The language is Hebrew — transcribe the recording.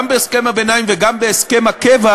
גם בהסכם הביניים וגם בהסכם הקבע,